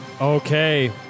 Okay